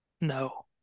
No